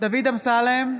דוד אמסלם,